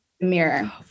mirror